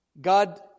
God